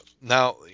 now